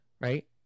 right